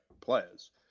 players